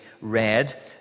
read